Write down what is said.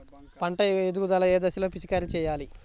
పంట ఎదుగుదల ఏ దశలో పిచికారీ చేయాలి?